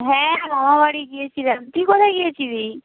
হ্যাঁ মামাবাড়ি গিয়েছিলাম তুই কোথায় গিয়েছিলি